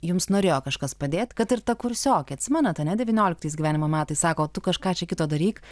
jums norėjo kažkas padėt kad ir ta kursiokė atsimenat ane devynioliktais gyvenimo metais sako tu kažką čia kito daryk